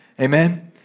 Amen